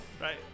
Right